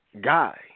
Guy